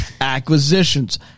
acquisitions